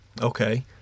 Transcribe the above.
Okay